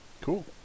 Cool